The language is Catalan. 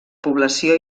població